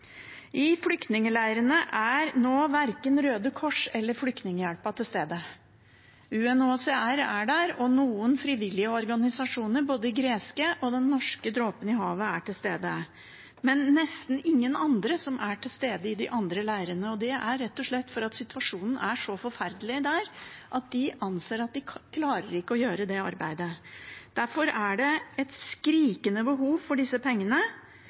i flyktningleirene. I flyktningleirene er nå verken Røde Kors eller Flyktninghjelpen til stede. UNHCR er der og noen frivillige organisasjoner, både greske organisasjoner og den norske Dråpen i Havet, men det er nesten ingen andre som er til stede i de andre leirene. Det er rett og slett fordi situasjonen er så forferdelig der at de anser at de ikke klarer å gjøre arbeidet sitt. Derfor er det et skrikende behov for disse pengene,